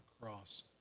cross